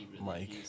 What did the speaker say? Mike